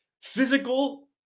physical